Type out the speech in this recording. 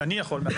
שאני יכול.